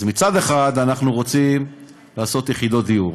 אז מצד אחד אנחנו רוצים לעשות יחידות דיור,